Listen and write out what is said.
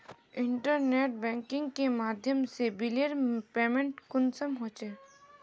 Internet banking के माध्यम से बिलेर पेमेंट कुंसम होचे?